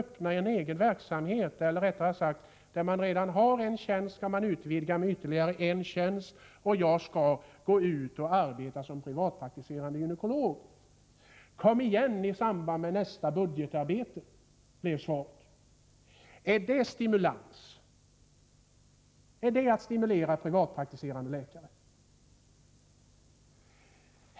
På en praktik där det redan finns en tjänst skall man utvidga med ytterligare en tjänst, och jag vill gå ut och arbeta som privatpraktiserande gynekolog. Kom igen i samband med nästa budgetarbete! blev svaret. Är det att stimulera privatpraktiserande läkare?